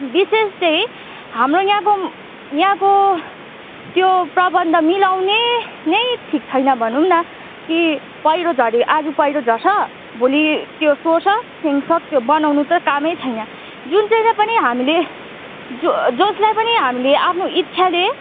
विशेष चाहिँ हाम्रो यहाँको यहाँको त्यो प्रबन्ध मिलाउने नै ठिक छैन भनौँ न कि पह्रो झऱ्यो आज पैह्रो झर्छ भोलि त्यो सोहोर्छ त्यहाँदेखि सक्यो बनाउनु त कामै छैन जुन चाहिँलाई पनि हामीले जो जसलाई पनि हामीले आफ्नो इच्छाले